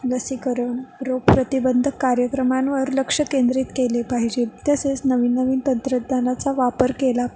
लसीकरण रोग प्रतिबंध कार्यक्रमांवर लक्ष केंद्रित केले पाहिजे तसेच नवीन नवीन तंत्रज्ञानाचा वापर केला